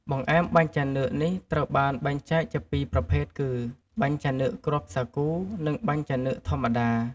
បង្អែមបាញ់ចានឿកនេះត្រូវបានបែកចែកជាពីរប្រភេទគឺ បាញ់ចានឿកគ្រាប់សាគូ និងបាញ់ចានឿកធម្មតា។